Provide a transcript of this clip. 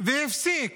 והפסיק